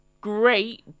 great